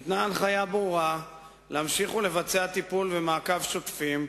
ניתנה הנחיה ברורה להמשיך לבצע טיפול ומעקב שוטפים,